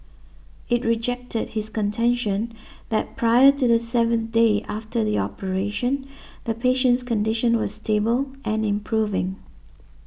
it rejected his contention that prior to the seven day after the operation the patient's condition was stable and improving